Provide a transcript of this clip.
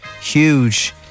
huge